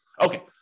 Okay